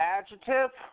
Adjective